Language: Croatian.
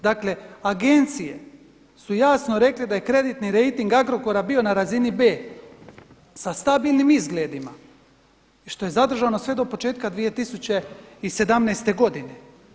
Dakle, agencije su jasno rekli da je kreditni rejting Agrokora bio na razini B sa stabilnim izgledima što je zadržano sve do početka 2017. godine.